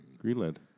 Greenland